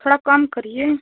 थोड़ा कम करिए